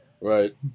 Right